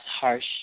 harsh